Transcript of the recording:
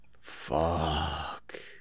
Fuck